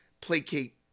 placate